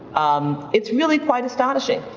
um it's really quite astonishing.